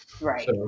Right